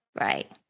right